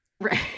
Right